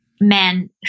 men